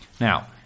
Now